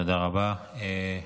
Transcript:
תודה רבה.